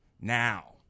Now